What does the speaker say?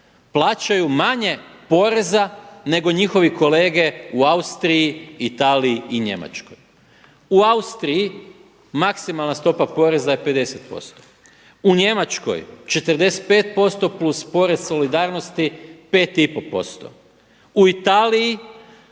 plaćaju manje poreza nego njihovi kolege u Austriji, Italiji i Njemačkoj. U Austriji maksimalna stopa poreza je 50%, u Njemačkoj 45% plus porez solidarnosti, 5,5%, u Italiji